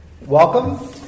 Welcome